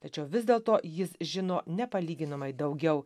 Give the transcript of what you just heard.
tačiau vis dėlto jis žino nepalyginamai daugiau